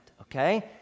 okay